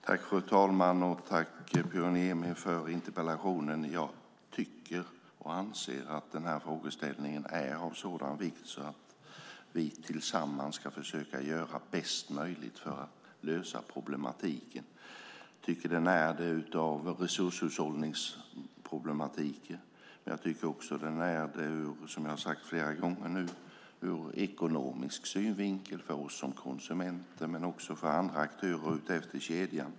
Fru talman! Jag tackar Pyry Niemi för interpellationen. Jag anser att frågeställningen är av sådan vikt att vi tillsammans ska försöka göra vårt bästa för att lösa problemet. Det är viktigt av resurshushållningsskäl och även av ekonomiska skäl för oss konsumenter och för andra aktörer i kedjan.